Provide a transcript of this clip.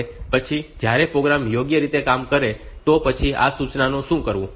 હવે પછી જ્યારે પ્રોગ્રામ યોગ્ય રીતે કામ કરે તો પછી આ સૂચનાઓનું શું કરવું